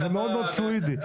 זה מאוד פלואידי.